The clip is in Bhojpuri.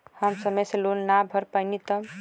हम समय से लोन ना भर पईनी तब?